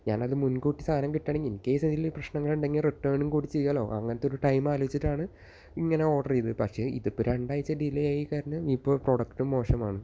ഞാനത് മുൻകൂട്ടി സാധനം കിട്ടണമെങ്കിൽ ഇൻകേസ് അതില് പ്രശ്നങ്ങള് ഉണ്ടെങ്കിൽ റിട്ടേണും കൂടി ചെയ്യലോ അങ്ങനത്തെ ഒരു ടൈം ആലോചിച്ചിട്ടാണ് ഇങ്ങനെ ഓർഡർ ചെയ്തത് പക്ഷെ ഇതിപ്പോൾ രണ്ടാഴ്ച്ച ഡിലേ ആയി കാരണം ഇപ്പോൾ പ്രോഡക്റ്റും മോശമാണ്